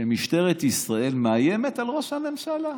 שמשטרת ישראל מאיימת על ראש הממשלה.